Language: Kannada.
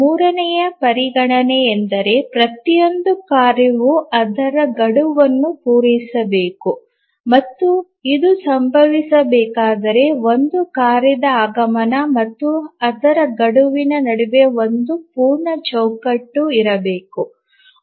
ಮೂರನೆಯ ಪರಿಗಣನೆಯೆಂದರೆ ಪ್ರತಿಯೊಂದು ಕಾರ್ಯವು ಅದರ ಗಡುವನ್ನು ಪೂರೈಸಬೇಕು ಮತ್ತು ಇದು ಸಂಭವಿಸಬೇಕಾದರೆ ಒಂದು ಕಾರ್ಯದ ಆಗಮನ ಮತ್ತು ಅದರ ಗಡುವಿನ ನಡುವೆ ಒಂದು ಪೂರ್ಣ ಚೌಕಟ್ಟು ಇರಬೇಕು